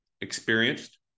experienced